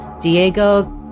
Diego